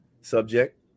subject